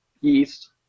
yeast